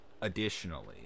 Additionally